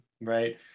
right